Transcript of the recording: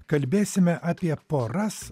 kalbėsime apie poras